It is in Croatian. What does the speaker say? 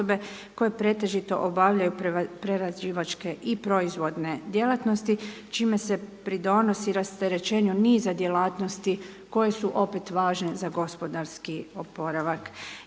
koje pretežito obavljaju prerađivačke i proizvodne djelatnosti čime se pridonosi rasterećenju niza djelatnosti koje su opet važne za gospodarski oporavak.